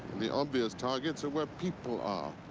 the obvious targets are where people are.